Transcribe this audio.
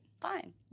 fine